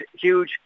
huge